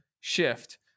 shift